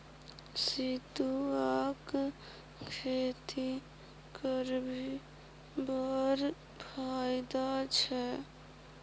सितुआक खेती करभी बड़ फायदा छै